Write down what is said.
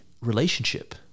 relationship